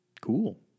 Cool